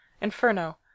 inferno